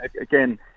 again